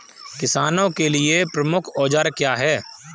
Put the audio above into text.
किसानों के लिए प्रमुख औजार क्या हैं?